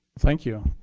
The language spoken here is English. thank you.